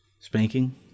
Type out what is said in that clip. spanking